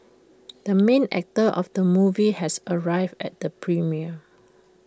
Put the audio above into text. the main actor of the movie has arrived at the premiere